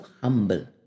humble